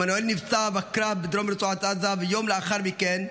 עמנואל נפצע בקרב בדרום רצועת עזה, ויום לאחר מכן,